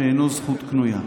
שאינו זכות קנויה.